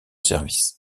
service